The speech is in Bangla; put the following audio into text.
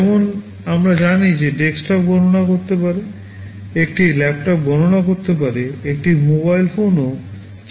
যেমন আমরা জানি যে ডেস্কটপ গণনা করতে পারে একটি ল্যাপটপ গণনা করতে পারে একটি মোবাইল ফোনও কিছু দিক থেকে গণনা করতে পারে